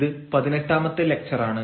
ഇത് പതിനെട്ടാമത്തെ ലക്ച്ചറാണ്